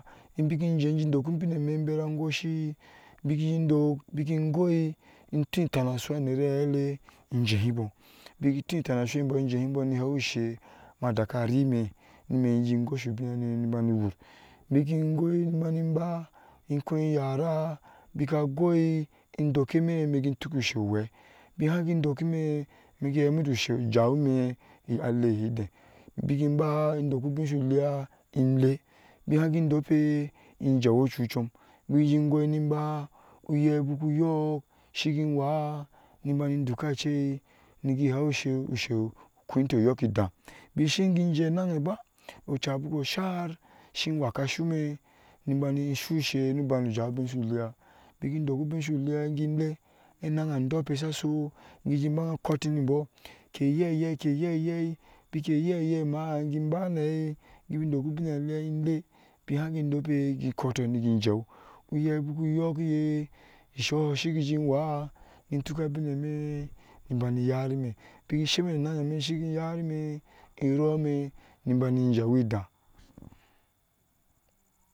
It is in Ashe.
Ebaki jehjen dɔɔku bini shi bera a goshi beki dɔɔk beki igoh intoh itanasu onɛra ohɛle in jehɛ bou itoh tanaso bou jahɛ bou ni so itangashe madaka rimi ni mɛ jeh ju gosu biyani ni bani wur beki goh ni bama ba in koŋ yara beka goh idɔɔkemi in tuku ushe na jawa ni ale hedea beki ba in doku obisule ba heŋ gai dope in jah chichum beki jehje igoh ni ba uhɛ beku utok shi gai wa ni bani doka uche ni gai hɛ she ushe koŋ tɛɛ iyɔɔki idɛh beki shin jen neniba in waka asomi ni bani soshe na jawa ubiyanle beki doku ubiyanle in gai le eŋayan adɔɔpe saso ke yeye ke yeye be yeye emaa gai ba nahɛɛ babidoku ubiyanle ele ba han gai dɔɔpe gai kotoh ni gai jaw uhɛɛ beku yɔɔk gai jeju wa ni tuka abiyen ni ni bani yarami beki shemi nineni shi yara eroumi ni jaweh dɛh.